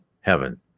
heaven